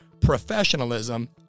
Professionalism